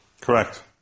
Correct